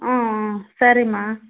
ஆ ஆ சரிம்மா